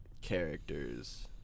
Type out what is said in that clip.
characters